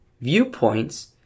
viewpoints